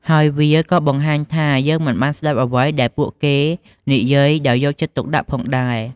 ហើយវាក៏៏បង្ហាញថា យើងមិនបានស្តាប់អ្វីដែលពួកគេនិយាយដោយយកចិត្តទុកដាក់ផងដែរ។